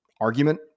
argument